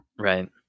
Right